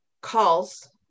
calls